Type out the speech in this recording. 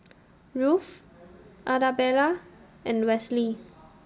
Ruth Arabella and Wesley